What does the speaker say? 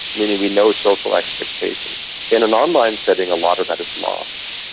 meaning we know social expectations. in an online setting a lot of that is lost.